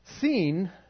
seen